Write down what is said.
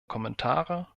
kommentare